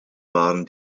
waren